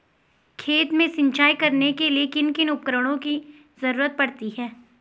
खेत में सिंचाई करने के लिए किन किन उपकरणों की जरूरत पड़ती है?